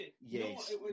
Yes